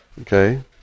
okay